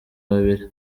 babiri